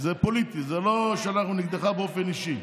זה פוליטי, זה לא שאנחנו נגדך באופן אישי.